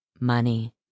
money